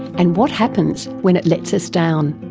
and what happens when it lets us down.